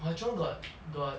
hwa chong got got